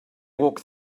walk